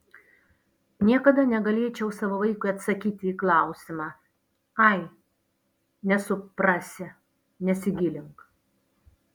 niekada negalėčiau savo vaikui atsakyti į klausimą ai nesuprasi nesigilink